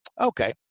Okay